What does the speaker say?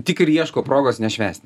tik ir ieško progos nešvęsti